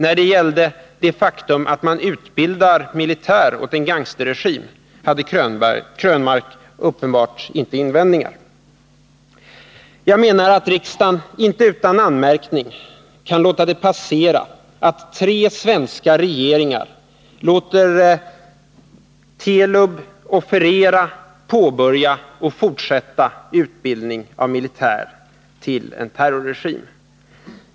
Mot det faktum att man utbildar militärer åt en gangsterregim hade Eric Krönmark uppenbarligen inte några invändningar. Jag menar att riksdagen inte utan anmärkning kan låta det passera att tre svenska regeringar låter Telub offerera, påbörja och fortsätta utbildning av militärer till en terrorregim.